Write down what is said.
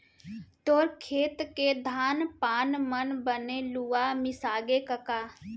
तोर खेत के धान पान मन बने लुवा मिसागे कका?